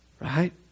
Right